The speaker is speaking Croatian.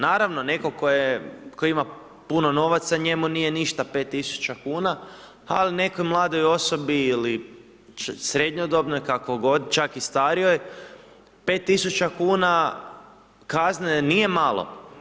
Naravno, netko tko ima puno novaca, njemu nije ništa 5 tisuća kuna ali nekoj mladoj osobi ili srednjodobnoj, kako god, čak i starijoj 5 tisuća kuna kazne nije malo.